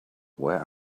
where